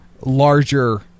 larger